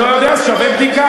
אני לא יודע, זה שווה בדיקה.